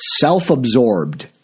self-absorbed